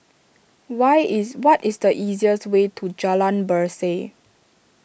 why is what is the easiest way to Jalan Berseh